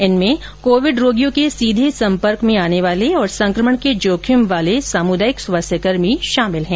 इनमें कोविड रोगियों के सीधे सम्पर्क में आने वाले और संक्रमण के जोखिम वाले सामुदायिक स्वास्थ्यकर्मी शामिल हैं